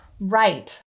Right